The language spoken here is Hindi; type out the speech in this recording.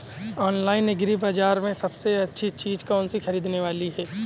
ऑनलाइन एग्री बाजार में सबसे अच्छी चीज कौन सी ख़रीदने वाली है?